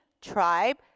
tribe